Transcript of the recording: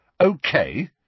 Okay